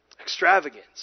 extravagance